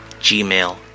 gmail